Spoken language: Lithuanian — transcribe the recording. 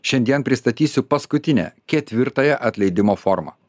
šiandien pristatysiu paskutinę ketvirtąją atleidimo formą